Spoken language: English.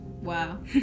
Wow